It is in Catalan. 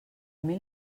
mil